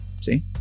See